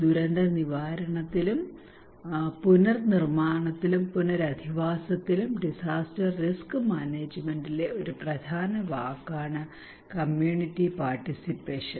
ദുരന്തനിവാരണത്തിലും പുനർനിർമ്മാണത്തിലും പുനരധിവാസത്തിലും disaster risk മാനേജ്മെന്റിലെ ഒരു പ്രധാന വാക്കാണ് കമ്മ്യൂണിറ്റി പാർട്ടിസിപ്പേഷൻ